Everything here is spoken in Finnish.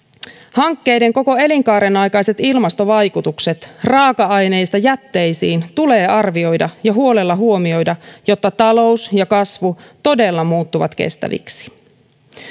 hankkeiden koko elinkaaren aikaiset ilmastovaikutukset raaka aineista jätteisiin tulee arvioida ja huolella huomioida jotta talous ja kasvu todella muuttuvat kestäviksi